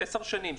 10 שנים,